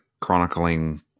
chronicling